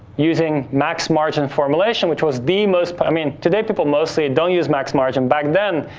using max margin formulation, which was the most, i mean, today, people mostly and don't use max margin. back then,